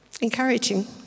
encouraging